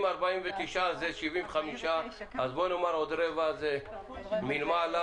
אם 49 זה 75%, אז בוא נאמר שעוד רבע מעל זה?